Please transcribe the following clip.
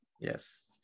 yes